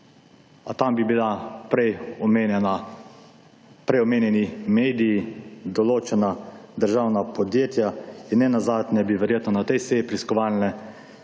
tam bi bila prej omenjeni mediji, določena država podjetja in nenazadnje bi verjetno na tej seji preiskovalne